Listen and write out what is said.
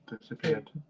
Disappeared